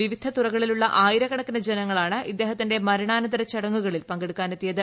വിവിധ തുറകളിലുള്ള ആയിരക്കണക്കിന് ജനങ്ങളാണ് ഇദ്ദേഹത്തിന്റെ മരണാനന്തര ചടങ്ങുകളിൽ പങ്കെടുക്കാനെത്തിയത്